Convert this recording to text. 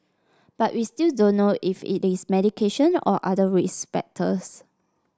but we still don't know if it is medication or other risk factors